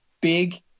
big